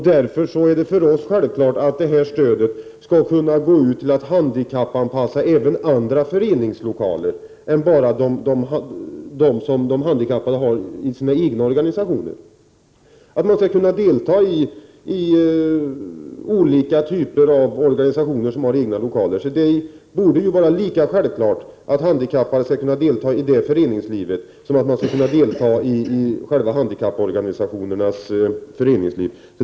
Därför är det för oss självklart att detta stöd skall kunna gå ut till att handikappanpassa även andra föreningars lokaler än dem som handikappade har själva, så att de skall kunna vara med i olika typer av organisationer som har egna lokaler. Det borde vara lika självklart att handikappade skall kunna delta i sådant föreningsliv som att de skall kunna delta i handikapporganisationers föreningsliv.